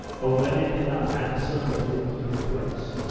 olenin did not answer nor move from his place.